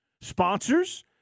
Sponsors